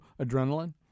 adrenaline